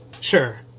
Sure